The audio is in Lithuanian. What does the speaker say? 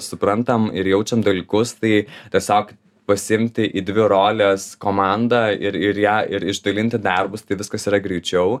suprantam ir jaučiam dalykus tai tiesiog pasiimti į dvi roles komandą ir ir ją ir išdalinti darbus tai viskas yra greičiau